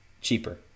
cheaper